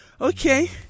Okay